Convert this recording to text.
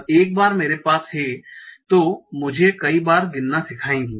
अब एक बार ये मेरे पास हैं तो मुझे कई बार गिनना सिखाएँगी